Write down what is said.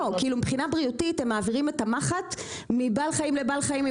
לא כאילו מבחינה בריאותית הם מעבירים את המחט מבעל חיים לבעל חיים,